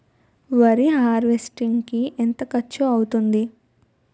వరి హార్వెస్టింగ్ కి ఎంత ఖర్చు అవుతుంది?